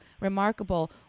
remarkable